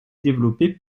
développés